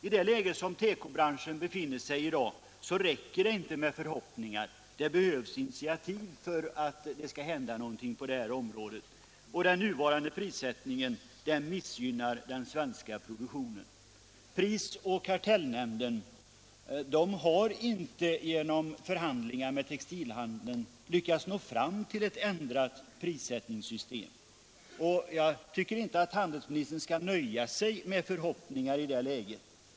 I det läge där tekobranschen i dag befinner sig räcker det inte med förhoppningar. Det behövs initiativ för att något skall hända på detta område, och den nuvarande prissättningen missgynnar den svenska produktionen. Prisoch kartellnämnden har inte genom förhandlingar med textilhandeln lyckats nå fram till ett ändrat prissättningssystem, och jag tycker inte att handelsministern skall nöja sig med förhoppningar i det läget.